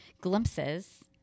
glimpses